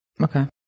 Okay